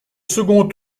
second